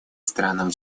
странам